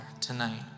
tonight